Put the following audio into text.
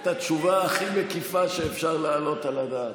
התשובה הכי מקיפה שאפשר להעלות על הדעת.